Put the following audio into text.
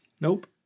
Nope